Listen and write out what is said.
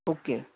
okay